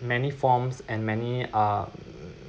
many forms and many uh